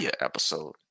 episode